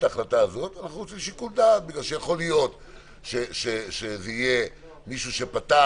אנחנו רוצים שיקול דעת בגלל שיכול להיות שזה יהיה מישהו שפתח